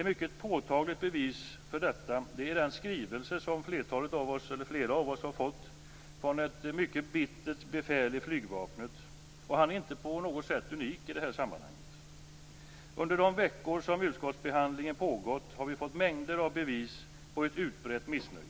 Ett mycket påtagligt bevis för detta är den skrivelse som flera av oss har fått från ett mycket bittert befäl i Flygvapnet. Han är inte på något sätt unik i det här sammanhanget. Under de veckor som utskottsbehandlingen pågått har vi fått mängder av bevis på ett utbrett missnöje.